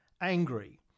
angry